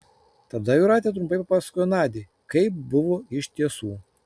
tada jūratė trumpai papasakojo nadiai kaip buvo iš tiesų